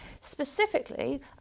Specifically